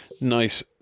nice